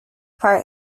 part